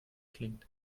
klingt